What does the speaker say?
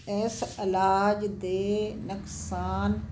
ਇਸ ਇਲਾਜ ਦੇ ਨੁਕਸਾਨ